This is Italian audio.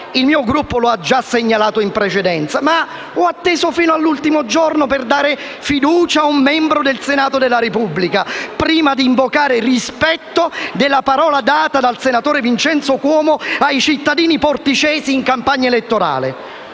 il mio Gruppo lo ha già segnalato in precedenza - per dare fiducia a un membro del Senato della Repubblica, prima di invocare il rispetto della parola data dal senatore Vincenzo Cuomo ai cittadini porticesi in campagna elettorale.